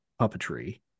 puppetry